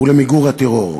ולמיגור הטרור,